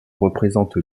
représente